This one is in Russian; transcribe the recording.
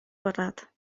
брат